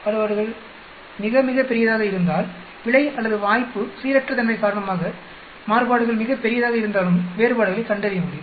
வேறுபாடுகள் மிக மிகப் பெரியதாக இருந்தால் பிழை அல்லது வாய்ப்பு சீரற்ற தன்மை காரணமாக மாறுபாடுகள் மிகப் பெரியதாக இருந்தாலும் வேறுபாடுகளைக் கண்டறிய முடியும்